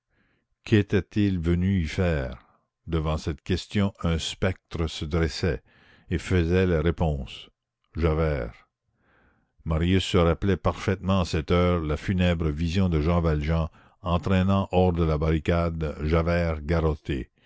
pas qu'était-il venu y faire devant cette question un spectre se dressait et faisait la réponse javert marius se rappelait parfaitement à cette heure la funèbre vision de jean valjean entraînant hors de la barricade javert garrotté